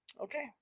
Okay